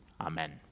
Amen